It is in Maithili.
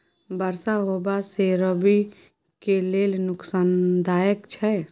बरसा होबा से रबी के लेल नुकसानदायक छैय?